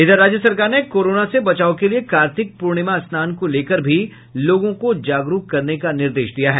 इधर राज्य सरकार ने कोरोना से बचाव के लिए कार्तिक प्रर्णिमा स्नान को लेकर भी लोगों को जागरूक करने का निर्देश दिया है